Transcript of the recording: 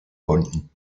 konnten